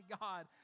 God